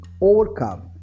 overcome